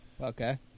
Okay